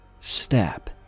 step